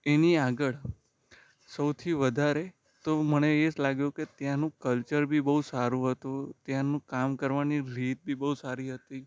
એની આગળ સૌથી વધારે તો મને એ જ લાગ્યું કે ત્યાંનું કલ્ચર બી બહુ સારું હતું ત્યાંની કામ કરવાની રીત બી બહુ સારી હતી